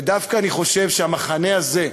ודווקא אני חושב שהמחנה הזה,